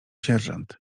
sierżant